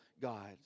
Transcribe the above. God